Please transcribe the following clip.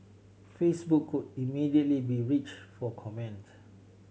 Facebook could immediately be reached for comment